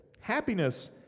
Happiness